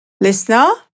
Listener